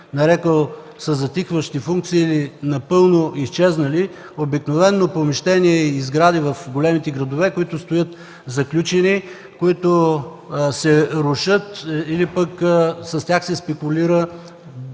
нарекъл със затихващи функции, напълно изчезнали. Обикновено помещения и сгради в големите градове, които стоят заключени, рушат се или с тях се спекулира